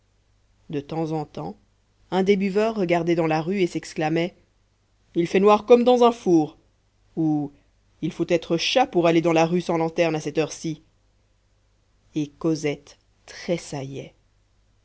de temps en temps un des buveurs regardait dans la rue et s'exclamait il fait noir comme dans un four ou il faut être chat pour aller dans la rue sans lanterne à cette heure-ci et cosette tressaillait